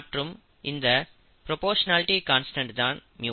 மற்றும் இந்த proportionality constant தான் மியூ